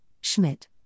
Schmidt